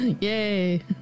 Yay